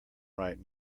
right